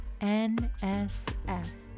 NSF